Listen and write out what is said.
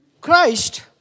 Christ